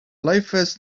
loafers